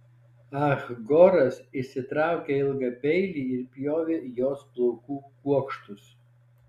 ah goras išsitraukė ilgą peilį ir pjovė jos plaukų kuokštus